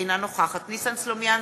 אינה נוכחת ניסן סלומינסקי,